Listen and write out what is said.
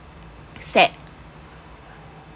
set